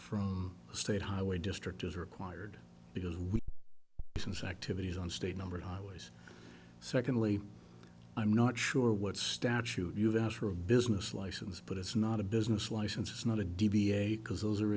from the state highway district is required because we business activities on state numbered highways secondly i'm not sure what statute you'd ask for a business license but it's not a business license it's not a deviate because those are